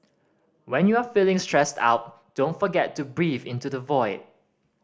when you are feeling stressed out don't forget to breathe into the void